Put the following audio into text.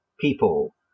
people